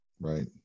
Right